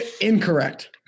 Incorrect